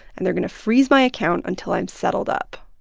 and they're going to freeze my account until i'm settled up.